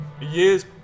Years